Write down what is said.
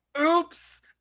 Oops